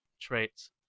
traits